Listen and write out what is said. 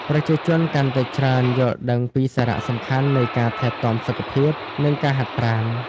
ប្រជាជនកាន់តែច្រើនយល់ដឹងពីសារៈសំខាន់នៃការថែទាំសុខភាព និងការហាត់ប្រាណ។